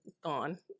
gone